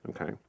Okay